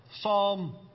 Psalm